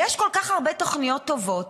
יש כל כך הרבה תוכניות טובות,